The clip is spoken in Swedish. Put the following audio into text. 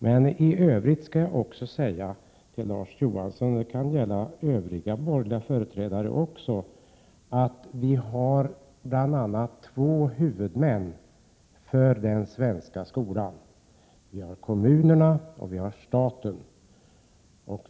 För övrigt vill jag emellertid säga till Larz Johansson, det kan också gälla övriga borgerliga partiers företrädare, att vi bl.a. har två huvudmän för den svenska skolan. Vi har kommunerna och vi har staten.